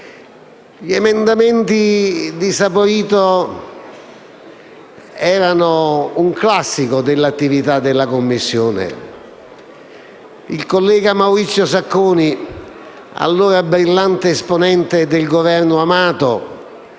Gli emendamenti di Saporito erano un classico dell'attività della Commissione. Il collega Maurizio Sacconi, allora brillante esponente del Governo Amato